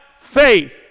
faith